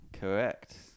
Correct